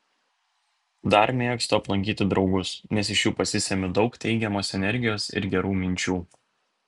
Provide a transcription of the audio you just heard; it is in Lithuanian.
dar mėgstu aplankyti draugus nes iš jų pasisemiu daug teigiamos energijos ir gerų minčių